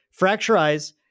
Fracturize